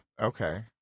Okay